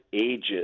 ages